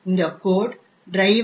எனவே இந்த code driver